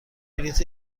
بلیط